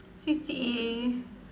C_C_A